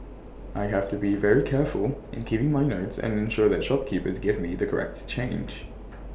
I have to be very careful in keeping my notes and ensure that shopkeepers give me the correct change